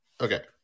Okay